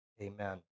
Amen